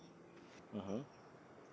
mmhmm